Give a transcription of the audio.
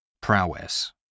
Prowess